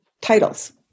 titles